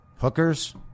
Hookers